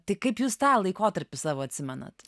tai kaip jūs tą laikotarpį savo atsimenat